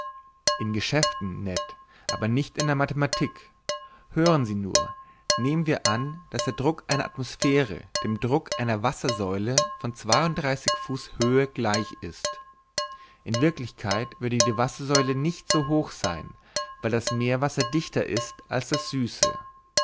in geschäften ned aber nicht in der mathematik hören sie nur nehmen wir an daß der druck einer atmosphäre dem druck einer wassersäule von zweiunddreißig fuß höhe gleich ist in wirklichkeit würde die wassersäule nicht so hoch sein weil das meerwasser dichter ist als das süße